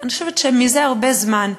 אני חושבת שמזה הרבה זמן,